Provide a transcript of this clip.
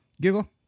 Google